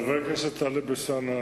חבר הכנסת טלב אלסאנע,